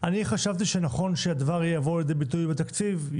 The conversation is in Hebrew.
אני חשבתי שנכון שהדבר יבוא לידי ביטוי בתקציב,